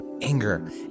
anger